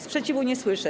Sprzeciwu nie słyszę.